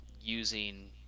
using